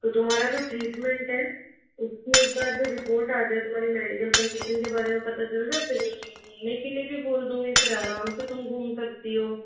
तो तुम्हारा जो ट्रीटमेंट है उसमें एक बार जो रिपोर्ट आ जाए तुम्हारी मेडिकल कन्डिशन के बारे में पता चल जाए फिर मैं तुम्हे घूमने के लिए भी बोल दूँगी फिर आराम से तुम घूम सकती हो